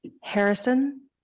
Harrison